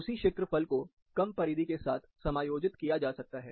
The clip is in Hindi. उसी क्षेत्रफल को कम परिधि के साथ समायोजित किया जा सकता है